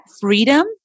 freedom